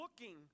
looking